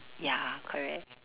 ya correct